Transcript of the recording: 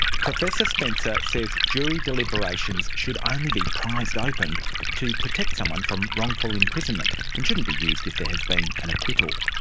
professor spencer says jury deliberations should only be prised open to protect someone from wrongful imprisonment and shouldn't be used if there has been an acquittal.